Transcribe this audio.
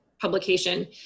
publication